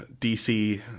DC